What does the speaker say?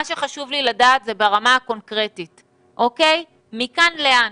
חשוב לי לדעת מה קורה ברמה הקונקרטית מכאן לאן?